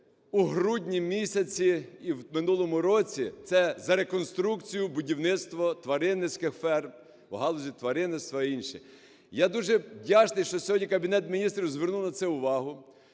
у грудні-місяці і в минулому році, це за реконструкцію, будівництво тваринницьких ферм, в галузі тваринництва і інше. Я дуже вдячний, що сьогодні Кабінет Міністрів звернув на це увагу,